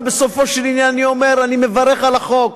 אבל בסופו של עניין אני אומר שאני מברך על החוק,